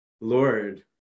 Lord